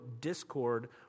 discord